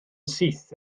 syth